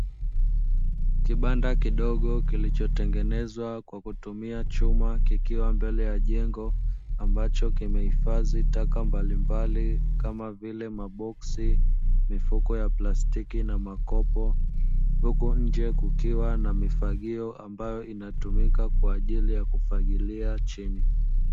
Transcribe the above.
Kibanda kidogo kilichotengenezwa kwa kutumia chuma kikiwa mbele ya jengo ambacho kimehifadhi taka mbalimbali kama vile maboksi, mifuko ya plastiki na makopo. Huku nje kukiwa na mifagio ambayo inatumika kwajili ya kufagilia nje.